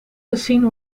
gezien